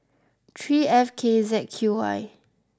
three F K Z Q Y